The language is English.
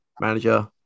manager